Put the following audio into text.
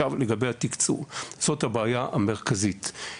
לגבי התקצוב זאת הבעיה המרכזית.